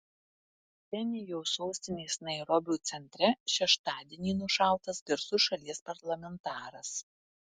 kenijos sostinės nairobio centre šeštadienį nušautas garsus šalies parlamentaras